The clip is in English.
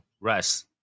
rest